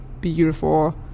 beautiful